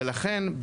ולכן,